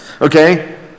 Okay